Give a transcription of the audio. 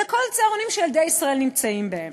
אלא על כל הצהרונים שילדי ישראל נמצאים בהם.